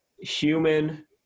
human